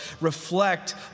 reflect